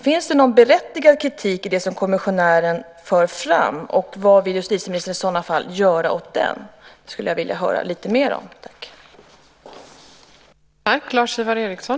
Finns det någon berättigad kritik i det som kommissionären för fram och vad vill justitieministern i så fall göra åt det? Det skulle jag vilja höra lite mer om.